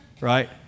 Right